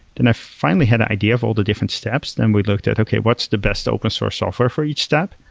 then i finally had an idea of all the different steps, then we'd looked at, okay, what's the best open source software for each step.